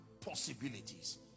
possibilities